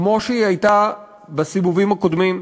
כמו שהיא הייתה בסיבובים הקודמים,